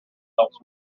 helps